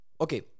okay